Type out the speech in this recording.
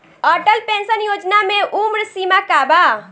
Atal pension योजना मे उम्र सीमा का बा?